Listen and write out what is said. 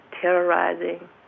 terrorizing